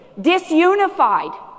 disunified